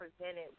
presented